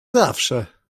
zawsze